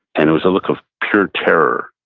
and it was a look of pure terror.